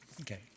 Okay